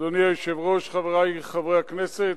אדוני היושב-ראש, חברי חברי הכנסת,